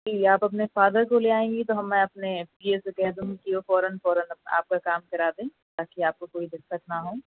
جی آپ اپنے فادر کو لے آئیں گی تو ہم میں اپنے پی اے سے کہہ دوں گی کہ فوراََ فوراََ آپ کا کام کرا دیں تا کہ آپ کو کوئی دقت نہ ہو